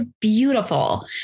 beautiful